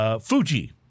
Fuji